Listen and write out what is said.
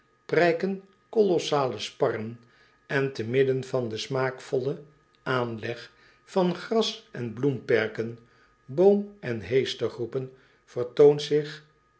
prijken colossale sparren en te midden van den smaakvollen aanleg van gras en bloemperken boomen heestergroepen vertoont zich